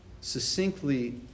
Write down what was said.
succinctly